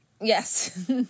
Yes